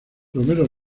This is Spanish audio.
romero